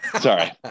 sorry